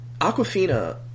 Aquafina